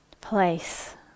place